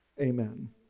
amen